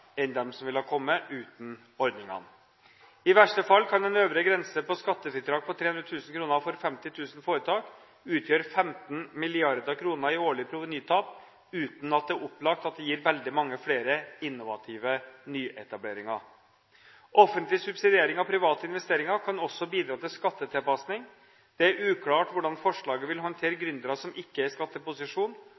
enn de som ville ha kommet uten ordningene. I verste fall kan en øvre grense på skattefridrag på 300 000 kr for 50 000 foretak utgjøre 15 mrd. kr i årlige provenytap, uten at det er opplagt at det gir veldig mange flere innovative nyetableringer. Offentlig subsidiering av private investeringer kan også bidra til skattetilpasning. Det er uklart hvordan forslaget vil håndtere gründere som ikke er i skatteposisjon,